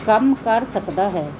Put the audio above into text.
ਕੰਮ ਕਰ ਸਕਦਾ ਹੈ